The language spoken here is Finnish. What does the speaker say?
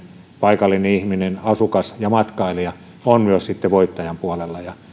paikallinen ihminen asukas ja matkailija ovat sitten voittajia ja